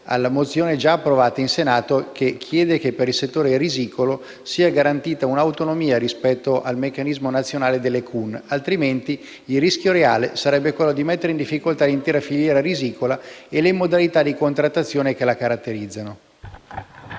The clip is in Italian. alla mozione già approvata in Senato che chiede che per il settore risicolo sia garantita un'autonomia rispetto al meccanismo nazionale delle commissioni uniche nazionali (CUN), altrimenti il rischio reale sarebbe quello di mettere in difficoltà l'intera filiera risicola e le modalità di contrattazione che la caratterizzano.